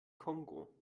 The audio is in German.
kongo